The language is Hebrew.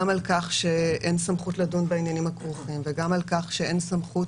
גם על כך שאין סמכות לדון בעניינים הכרוכים וגם על כך שאין סמכות